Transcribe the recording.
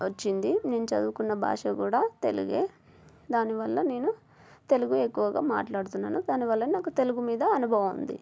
వచ్చింది నేను చదువుకున్న భాష కూడా తెలుగే దానివల్ల నేను తెలుగు ఎక్కువగా మాట్లాడుతున్నాను దానివల్ల నాకు తెలుగు మీద అనుభవం ఉంది